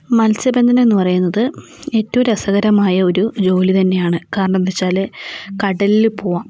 മത്സ്യബന്ധനം എന്നു പറയുന്നത് ഏറ്റവും രസകരമായ ഒരു ജോലി തന്നെയാണ് കാരണം എന്നു വച്ചാൽ കടലിൽ പോവാം